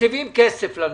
מקציבים כסף לנושא.